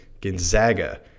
Gonzaga